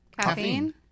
Caffeine